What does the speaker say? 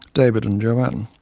david and joanne.